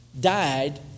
died